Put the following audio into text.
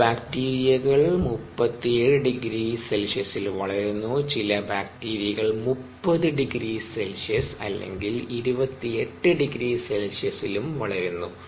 ചില ബാക്ടീരിയകൾ 37 ºC യിൽ വളരുന്നു ചില ബാക്ടീരിയകൾ 30 ºC അല്ലെങ്കിൽ 28 ºC ലും വളരുന്നു